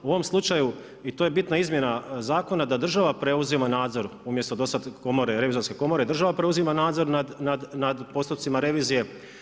U ovom slučaju i to je bitna izmjena zakona da država preuzima nadzor umjesto do sad komore, revizorske komore država preuzima nadzor nad postupcima revizije.